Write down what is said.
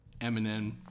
Eminem